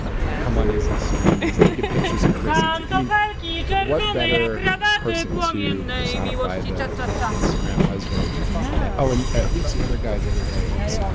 yeah. come on is instagram and taking pictures of chrissy too i mean what better person to personify the the instagram husband. yeah. ah and who's the other guy the other day it was